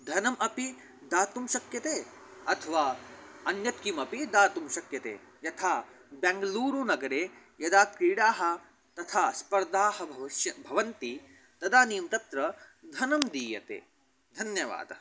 धनम् अपि दातुं शक्यते अथवा अन्यत् किमपि दातुं शक्यते यथा बेङ्लूरु नगरे यदा कीडाः तथा स्पर्धाः भविष् भवन्ति तदानीं तत्र धनं दीयते धन्यवादः